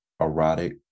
erotic